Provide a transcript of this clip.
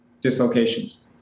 dislocations